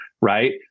right